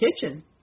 kitchen